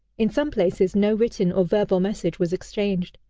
in some places no written or verbal message was exchanged.